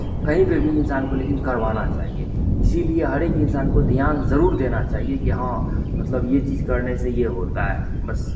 कहीं पे भी इंसान को लेकिन करवाना चाहिए इसीलिए हर एक इंसान को ध्यान ज़रूर देना चाहिए कि हाँ मतलब ये चीज़ करने से ये होता है बस